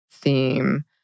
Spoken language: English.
Theme